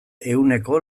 ehuneko